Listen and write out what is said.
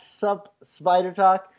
SupSpiderTalk